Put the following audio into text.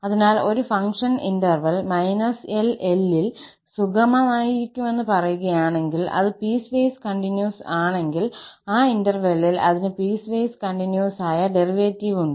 അതിനാൽ ഒരു ഫംഗ്ഷൻ ഇന്റർവെൽ−L L ൽ സുഗമമായിരിക്കുമെന്ന് പറയുകയാണെങ്കിൽ അത് പീസ്വൈസ് കണ്ടിന്യൂസ് ആണെങ്കിൽ ആ ഇന്റെർവെല്ലിൽ അതിന് പീസ്വൈസ് കണ്ടിന്യൂസ് ആയ ഡെറിവേറ്റീവ് ഉണ്ട്